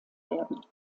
werden